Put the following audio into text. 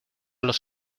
los